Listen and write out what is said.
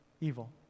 evil